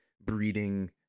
breeding